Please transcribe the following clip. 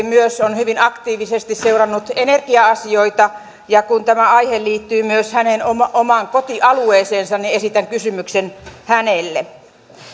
myös pääministeri on hyvin aktiivisesti seurannut energia asioita ja kun tämä aihe liittyy myös hänen omaan kotialueeseensa niin esitän kysymyksen hänelle